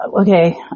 okay